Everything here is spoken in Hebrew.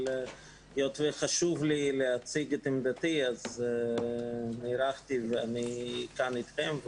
אבל היות וחשוב לי להציג את עמדתי נערכתי ואני כאן אתכם,